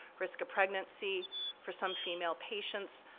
risk of pregnancy for some female patients,